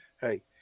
Hey